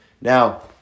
Now